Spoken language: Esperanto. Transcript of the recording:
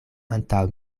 antaŭ